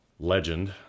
legend